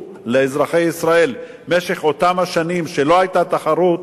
לאזרחי ישראל במשך אותן השנים שלא היתה תחרות,